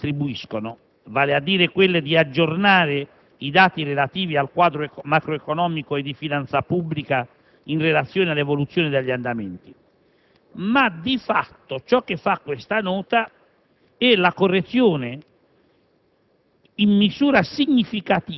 le leggi in materia contabile le attribuiscono, vale a dire aggiornare i dati relativi al quadro macroeconomico e di finanza pubblica in relazione all'evoluzione degli andamenti. Di fatto, questa Nota interviene